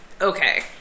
okay